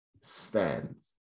stands